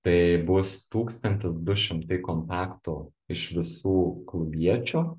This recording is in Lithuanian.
tai bus tūkstantis du šimtai kontaktų iš visų klubiečių